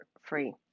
free